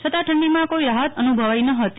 છતાં ઠંડીમાં કોઇ રાહત અનુભવાઇ ન હતી